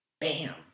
bam